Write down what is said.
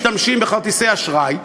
משתמשים בכרטיסי האשראי,